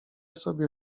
sobie